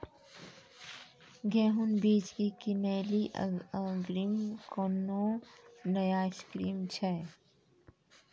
गेहूँ बीज की किनैली अग्रिम कोनो नया स्कीम छ?